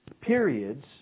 periods